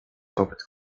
kopyt